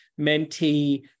mentee